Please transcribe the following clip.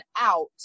out